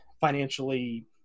financially